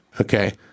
okay